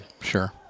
sure